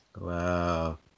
Wow